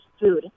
food